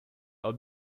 are